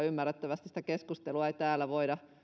ymmärrettävästi sitä keskustelua ei täällä voida